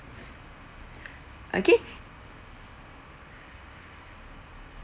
okay